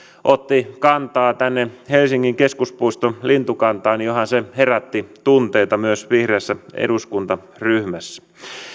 otti kantaa helsingin keskuspuiston lintukantaan niin johan se herätti tunteita myös vihreässä eduskuntaryhmässä